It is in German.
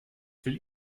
will